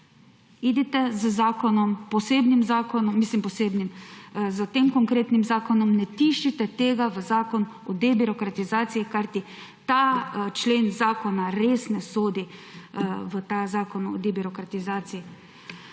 Idite s posebnim zakonom, mislim s tem konkretnim zakonom, ne tiščite tega v zakon o debirokratizaciji, kajti ta člen zakona res ne sodi v ta zakon o debirokratizaciji.